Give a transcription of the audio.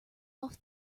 off